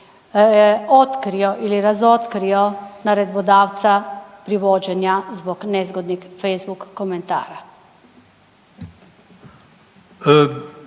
otkrio ili razotkrio naredbodavca privođenja zbog nezgodnih facebook komentara?